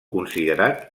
considerat